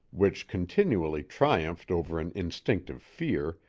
which continually triumphed over an instinctive fear,